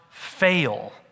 fail